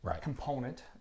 component